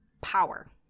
power